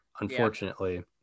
unfortunately